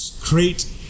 Create